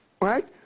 right